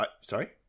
Sorry